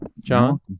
John